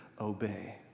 obey